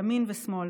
ימין ושמאל,